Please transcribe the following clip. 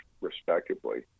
respectively